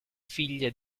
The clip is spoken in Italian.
figlia